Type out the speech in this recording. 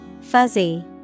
Fuzzy